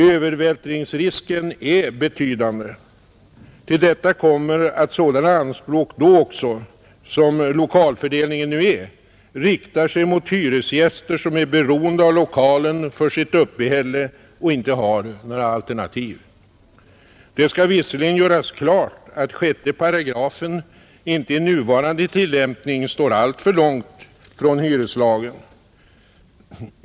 Övervältringsrisken är betydande, Till detta kommer att sådana anspråk då också — som lokalfördelningen nu är — riktar sig mot hyresgäster som är beroende av lokalen för sitt uppehälle och inte har några alternativ. Det skall dock göras klart att 6 § inte i nuvarande tillämpning står alltför långt från hyreslagen.